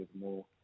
more